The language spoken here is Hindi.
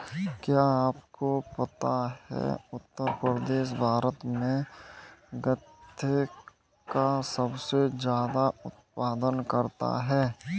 क्या आपको पता है उत्तर प्रदेश भारत में गन्ने का सबसे ज़्यादा उत्पादन करता है?